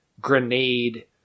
grenade